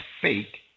Fake